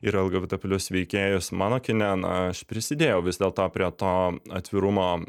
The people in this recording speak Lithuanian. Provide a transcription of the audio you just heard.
ir lgbt plius veikėjus mano kine na aš prisidėjau vis dėlto prie to atvirumo